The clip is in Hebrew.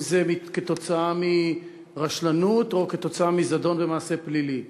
אם כתוצאה מרשלנות או כתוצאה מזדון ומעשה פלילי.